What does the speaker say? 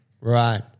right